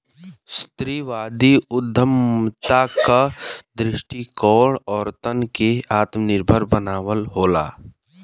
स्त्रीवादी उद्यमिता क दृष्टिकोण औरतन के आत्मनिर्भर बनावल होला